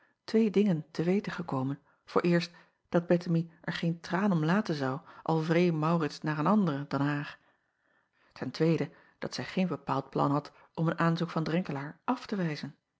twee dingen te weten gekomen vooreerst dat ettemie er geen traan om laten zou al vreê aurits naar een andere dan haar ten tweede dat zij geen bepaald plan had om een aanzoek van renkelaer af te wijzen